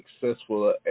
successful